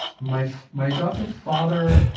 my my adopted father,